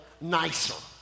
nicer